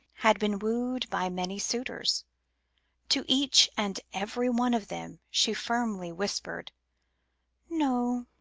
had been wooed by many suitors to each and every one of them she firmly whispered no.